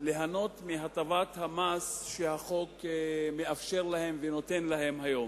ליהנות מהטבת המס שהחוק מאפשר להם ונותן להם היום.